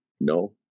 No